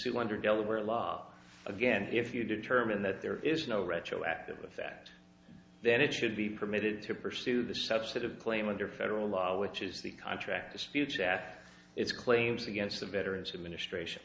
under delaware law again if you determine that there is no retroactive the fact then it should be permitted to pursue the subset of claim under federal law which is the contract disputes that its claims against the veterans administration